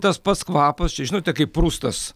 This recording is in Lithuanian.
tas pats kvapas čia žinote kaip prustas